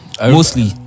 mostly